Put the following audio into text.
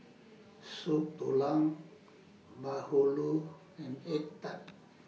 Soup Tulang Bahulu and Egg Tart